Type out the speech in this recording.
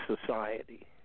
society